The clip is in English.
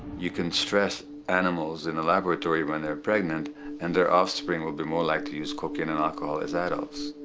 you can stress animals in the laboratory when they're pregnant and their offspring will be more likely like to use cocaine and alcohol as adults.